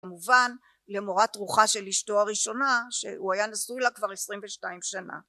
כמובן למורת רוחה של אשתו הראשונה שהוא היה נשוי לה כבר 22 שנה